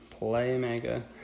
playmaker